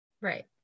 Right